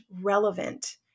relevant